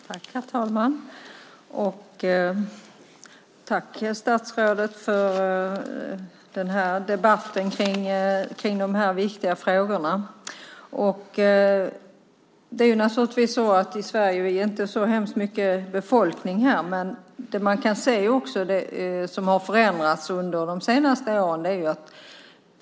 Herr talman! Jag vill tacka statsrådet för debatten om de här viktiga frågorna. Sverige har ju inte en så hemskt stor befolkning. Men vad man kan se har förändrats under de senaste åren är resandet.